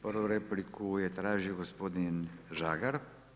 Prvu repliku je tražio gospodin Žagar.